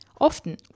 Often